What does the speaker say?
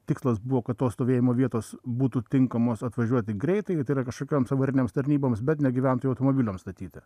tikslas buvo kad tos stovėjimo vietos būtų tinkamos atvažiuoti greitajai tai yra kažkokioms avarinėms tarnyboms bet ne gyventojų automobiliam statyti